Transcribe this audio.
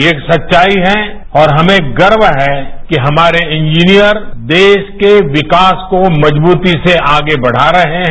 ये एक सच्चाई है और हमें गर्व है कि हमारे इंजीनियर देश के विकास को मजबूती से आगे बढ़ा रहे हैं